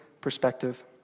perspective